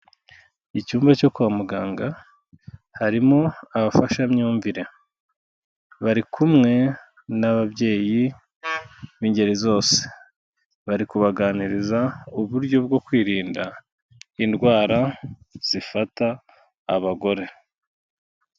Icyumba cyo kwa muganga harimo abafashamyumvire, bari kumwe n'ababyeyi b'ingeri zose, bari kubaganiriza uburyo bwo kwirinda indwara zifata abagore.